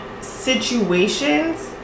situations